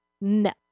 No